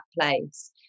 place